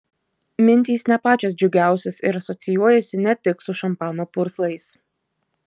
mintys ne pačios džiugiausios ir asocijuojasi ne tik su šampano purslais